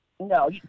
No